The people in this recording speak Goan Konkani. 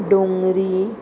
डोंगरी